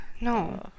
no